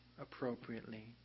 appropriately